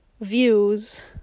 views